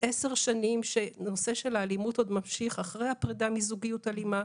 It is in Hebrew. עשר שנים שהנושא של האלימות עוד ממשיך אחרי הפרידה מזוגיות אלימה.